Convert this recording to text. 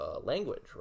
language